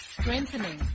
strengthening